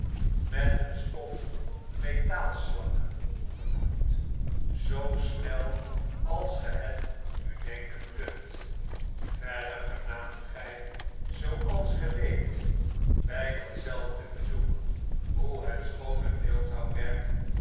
met een stof metaalslak genoemd zoo snel als ge het u denken kunt verder vernaamt gy zooals ge weet by datzelfde bezoek hoe het schoone